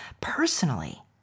personally